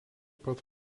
pat